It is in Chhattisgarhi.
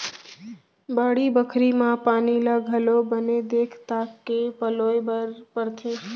बाड़ी बखरी म पानी ल घलौ बने देख ताक के पलोय बर परथे